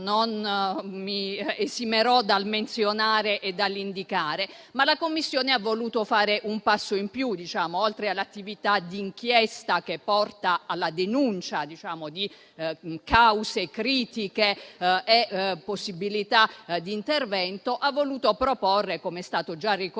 non mi esimerò dal menzionare e indicare, ma la Commissione ha voluto fare un passo in più. Oltre all'attività di inchiesta, che porta alla denuncia di cause critiche e possibilità di intervento, ha voluto proporre, come è stato già ricordato,